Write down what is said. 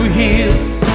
heals